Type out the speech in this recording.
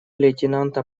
лейтенанта